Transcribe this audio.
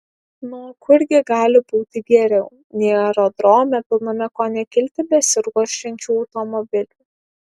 na o kur gi gali būti geriau nei aerodrome pilname ko ne kilti besiruošiančių automobilių